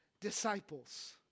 disciples